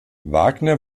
wagner